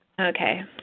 Okay